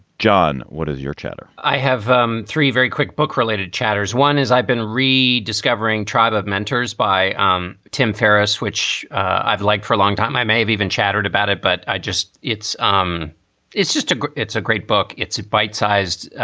john, what is your chatter? i have um three very quick book related chapters. one is i've been rediscovering tribe of mentors by um tim ferriss, which i've liked for a long time. i may have even chattered about it, but i just it's um it's just a it's a great book. it's a bite sized